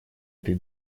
этой